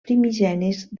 primigenis